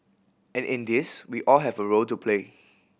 and in this we all have a role to play